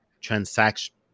transaction